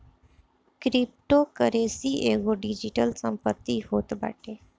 cryptocurrency एगो digital संपत्ति होत बाटे